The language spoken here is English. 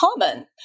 common